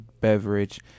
beverage